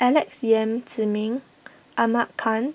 Alex Yam Ziming Ahmad Khan